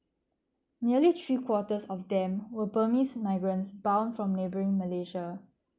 nearly three quarters of them would permits migrants bound from neighbouring malaysia